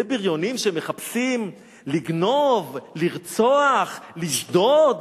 אלה בריונים שמחפשים לגנוב, לרצוח, לשדוד?